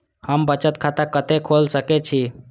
हम बचत खाता कते खोल सके छी?